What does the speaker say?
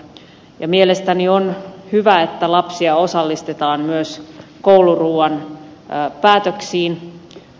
ja mielestäni on hyvä että lapsia osallistetaan myös kouluruuan päätöksiin